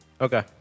Okay